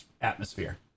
atmosphere